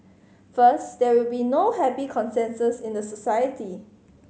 first there will be no happy consensus in the society